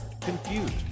confused